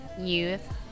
youth